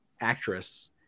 actress